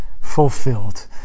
fulfilled